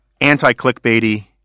anti-clickbaity